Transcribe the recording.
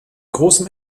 großem